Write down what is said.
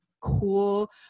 Cool